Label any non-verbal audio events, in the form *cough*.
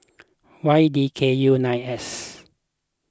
*noise* Y D K U nine S